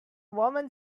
woman